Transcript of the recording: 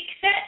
set